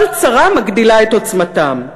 כל צרה מגדילה את עוצמתם,